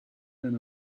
than